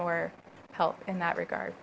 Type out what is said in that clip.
more help in that regard